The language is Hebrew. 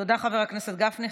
תודה, חבר הכנסת גפני.